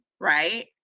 right